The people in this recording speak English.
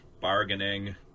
bargaining